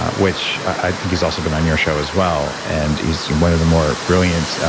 which. i think he's also been on your show as well. and he's one of the more brilliant,